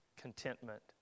contentment